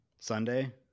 Sunday